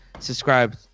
Subscribe